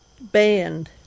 Band